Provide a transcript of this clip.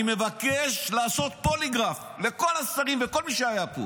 אני מבקש לעשות פוליגרף לכל השרים וכל מי שהיה פה.